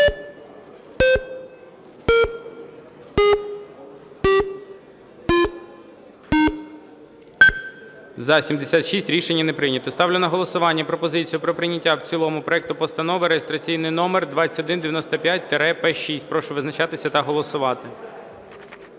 За-76 Рішення не прийнято. Ставлю на голосування пропозицію про прийняття в цілому проекту Постанови реєстраційний номер 2195-П6. Прошу визначатися та голосувати.